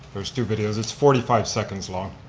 there's two videos, it's forty five seconds long.